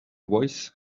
voice